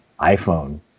iPhone